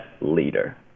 leader